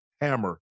hammer